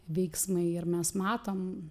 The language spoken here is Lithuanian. veiksmai ir mes matom